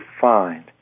find